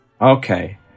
Okay